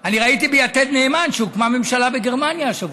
אני ראיתי ביתד נאמן שהוקמה ממשלה בגרמניה השבוע,